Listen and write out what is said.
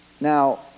Now